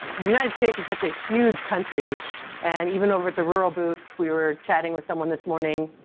the united states is such a huge country and even over at the rural booth we were chatting with someone this morning.